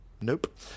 nope